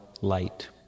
light